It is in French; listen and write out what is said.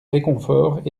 réconfort